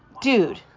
dude